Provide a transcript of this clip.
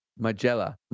Magella